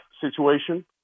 situation